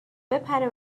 بپره